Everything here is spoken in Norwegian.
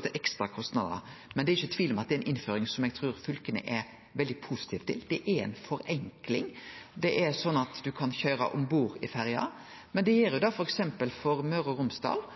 til ekstra kostnader. Det er ingen tvil om at det er ei innføring som eg trur at fylka er veldig positive til. Det er ei forenkling, som gjer at ein berre kan køyre om bord i ferjene. Men det gjer at f.eks. Møre og Romsdal